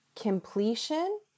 completion